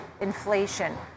inflation